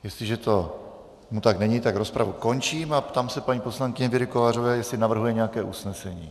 Jestliže tomu tak není, tak rozpravu končím a ptám se paní poslankyně Věry Kovářové, jestli navrhuje nějaké usnesení.